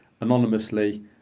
anonymously